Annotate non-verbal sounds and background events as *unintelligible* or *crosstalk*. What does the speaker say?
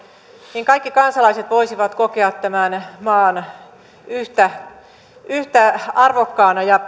niin kaikki kansalaiset voisivat kokea tämän maan yhtä yhtä arvokkaana ja *unintelligible*